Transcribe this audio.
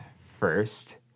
first